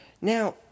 Now